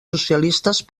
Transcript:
socialistes